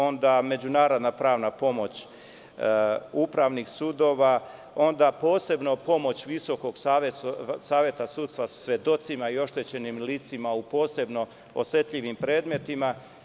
Onda, međunarodna pravna pomoć upravnih sudova, posebno pomoć Visokog saveta sudstva svedocima i uopšte oštećenim licima u posebno osetljivim predmetima.